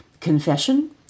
confession